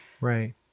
Right